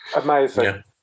Amazing